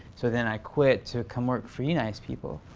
so, then i quit to come work for you nice people.